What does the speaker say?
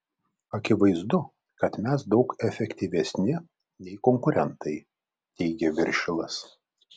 akivaizdu kad mes daug efektyvesni nei konkurentai teigia viršilas